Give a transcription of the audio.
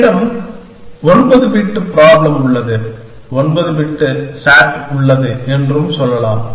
என்னிடம் 9 bit problem உள்ளது 9 bit SAT உள்ளது என்று சொல்லலாம்